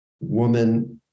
woman